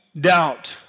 doubt